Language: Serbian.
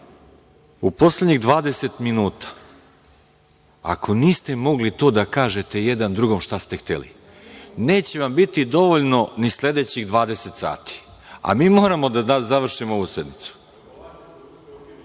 U poslednjih 20 minuta ako niste mogli to da kažete jedan drugom šta ste hteli, neće vam biti dovoljno ni sledećih 20 sati, a mi moramo da završimo ovu sednicu.